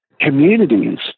communities